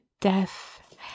death